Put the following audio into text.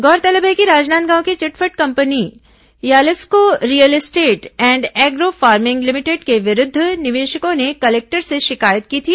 गौरतलब है कि राजनांदगांव की chit fund company Yalsco real estate and agro farming limited के विरूद्व नियेशकों ने कलेक्टर से शिकायत की थी